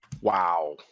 Wow